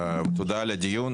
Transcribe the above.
תודה על הדיון.